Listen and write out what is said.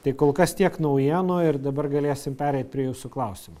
tai kol kas tiek naujienų ir dabar galėsim pereit prie jūsų klausimų